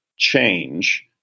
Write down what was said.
change